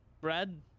Brad